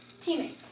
teammate